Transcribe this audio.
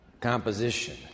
composition